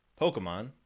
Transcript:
Pokemon